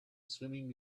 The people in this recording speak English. swimming